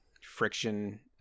friction